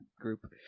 group